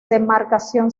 demarcación